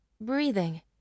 breathing